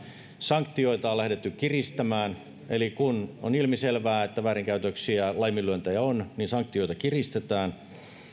sanktioita on lähdetty kiristämään eli kun on ilmiselvää että väärinkäytöksiä laiminlyöntejä on niin sanktioita kiristetään